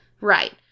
Right